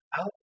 out